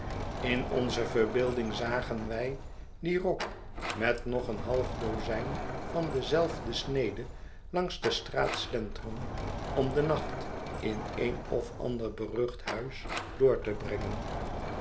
in onze verbeelding zagen wij dien rok met nog een half dozijn van dezelfde snede langs de straat slenteren om den nacht in een of ander berucht huis door te brengen